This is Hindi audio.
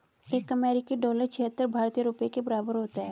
एक अमेरिकी डॉलर छिहत्तर भारतीय रुपये के बराबर होता है